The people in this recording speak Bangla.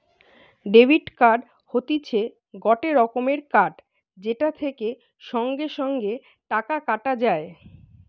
ডেবিট কার্ড হতিছে গটে রকমের কার্ড যেটা থেকে সঙ্গে সঙ্গে টাকা কাটা যায়